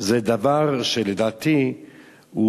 זה דבר שלדעתי בא